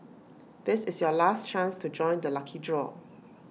this is your last chance to join the lucky draw